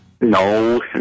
No